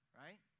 right